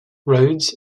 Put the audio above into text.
roads